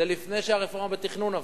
זה לפני שהרפורמה בתכנון עברה,